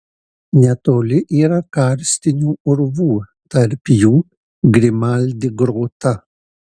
netoli yra karstinių urvų tarp jų grimaldi grota